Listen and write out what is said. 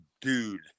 dude